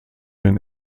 den